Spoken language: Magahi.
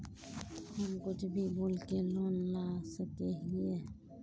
हम कुछ भी बोल के लोन ला सके हिये?